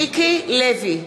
מיקי לוי,